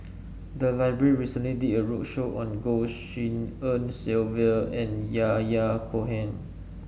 the library recently did a roadshow on Goh Tshin En Sylvia and Yahya Cohen